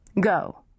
go